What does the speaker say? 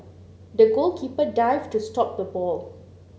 the goalkeeper dived to stop the ball